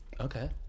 Okay